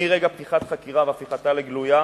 מרגע פתיחת חקירה והפיכתה לגלויה,